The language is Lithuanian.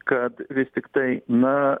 kad vis tiktai na